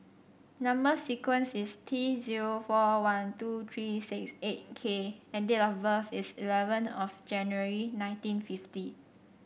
number sequence is T zero four one two three six eight K and date of birth is eleven of January nineteen fifty